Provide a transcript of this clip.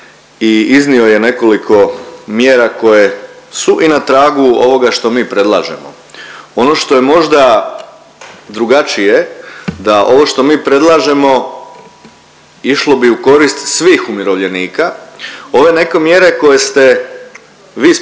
i iznio je nekoliko mjera koje su i na tragu ovoga što mi predlažemo. Ono što je možda drugačije da ovo što mi predlažemo išlo bi u korist svih umirovljenika. Ove neke mjere koje ste vi spomenuli